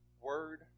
word